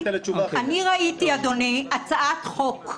אני ראיתי, אדוני, הצעת חוק.